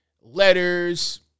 letters